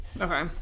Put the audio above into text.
Okay